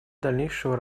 дальнейшего